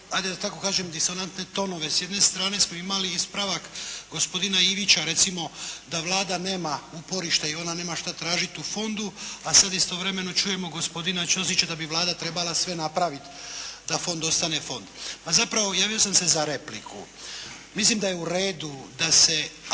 hajde da tako kažem disonantne tonove. S jedne strane smo imali ispravak gospodina Ivića recimo da Vlada nema uporište i ona nema šta tražiti u fondu, a sad istovremeno čujemo gospodina Ćosića da bi Vlada trebala sve napraviti da fond ostane fond. A zapravo javio sam se za repliku. Mislim da je u redu da se